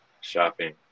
Shopping